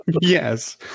Yes